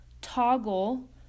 Toggle